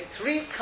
three